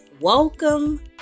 Welcome